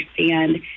understand